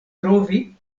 trovi